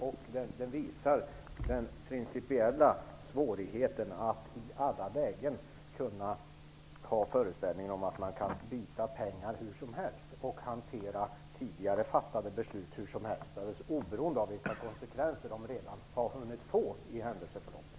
Detta visar den principiella svårigheten att i alla lägen ha föreställningen att man kan byta pengar hur som helst och hantera tidigare fattade beslut hur som helst, alldeles oberoende av vilka konsekvenser de redan har hunnit få i händelseförloppet.